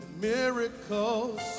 miracles